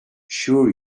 sure